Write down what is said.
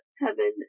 heaven